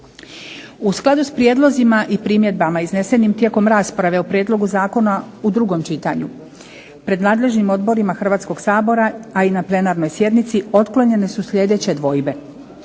U skladu sa prijedlozima i primjedbama iznesenim tijekom rasprave o prijedlogu zakona u drugom čitanju, pred nadležnim odborima Hrvatskog sabora, a i na plenarnoj sjednici otklonjene su sljedeće dvojbe: